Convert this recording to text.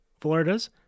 Florida's